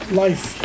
life